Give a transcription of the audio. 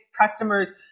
customers